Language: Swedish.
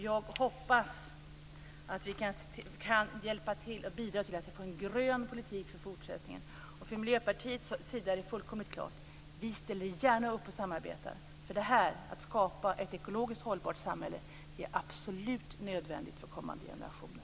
Jag hoppas att vi kan hjälpa och bidra till att vi får en grön politik i fortsättningen. Från Miljöpartiets sida är det fullkomligt klart. Vi ställer gärna upp och samarbetar. Att skapa ett ekologiskt hållbart samhälle är absolut nödvändigt för kommande generationer.